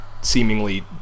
seemingly